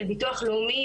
של ביטוח לאומי,